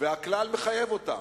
והכלל מחייב אותם.